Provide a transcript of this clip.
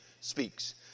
speaks